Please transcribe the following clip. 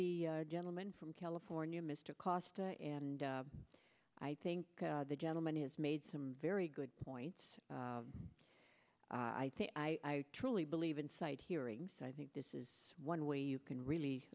the gentleman from california mr costa and i think the gentleman has made some very good points i think i truly believe in sight hearing so i think this is one way you can really